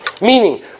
meaning